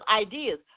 ideas